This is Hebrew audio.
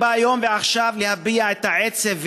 אני בא היום ועכשיו להביע את העצב,